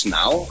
now